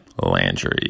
Landry